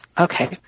Okay